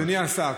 אדוני השר,